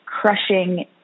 crushing